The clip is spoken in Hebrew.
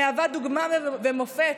המהווה דוגמה ומופת,